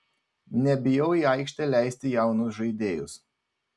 nebijau į aikštę leisti jaunus žaidėjus